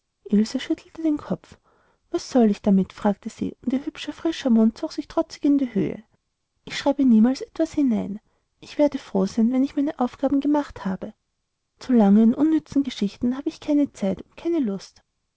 schüttelte den kopf was soll ich damit fragte sie und ihr hübscher frischer mund zog sich trotzig in die höhe ich schreibe niemals etwas hinein ich werde froh sein wenn ich meine aufgaben gemacht habe zu langen unnützen geschichten habe ich keine zeit und keine lust